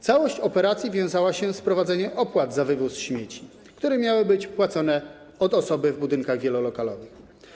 Całość operacji wiązała się z wprowadzeniem opłat za wywóz śmieci, które miały być liczone od osoby w budynkach wielolokalowych.